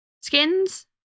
skins